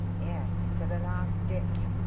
yes to the last ditch,